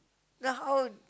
then how